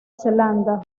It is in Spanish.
zelanda